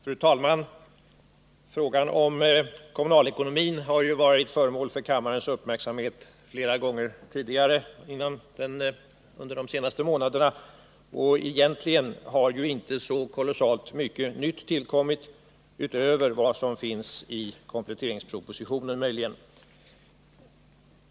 Fru talman! Frågan om kommunalekonomin har ju varit föremål för kammarens uppmärksamhet flera gånger under de senaste månaderna. Egentligen har inte så särskilt mycket nytt tillkommit utöver vad som finns i kompletteringspropositionen.